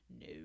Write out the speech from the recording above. no